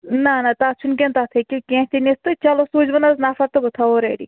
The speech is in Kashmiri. نَہ نَہ تَتھ چھُنہٕ کیٚنٛہہ تَتھ ہیٚکِو کیٚںٛہہ تہِ نِتھ تہٕ چلو سوٗزِہون حظ نفر تہٕ بہٕ تھاوہو ریٚڈی